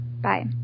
Bye